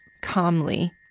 calmly